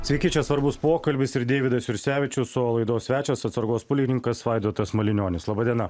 sveiki čia svarbus pokalbis ir deividas jursevičius o laidos svečias atsargos pulkininkas vaidotas martinionis laba diena